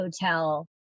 hotel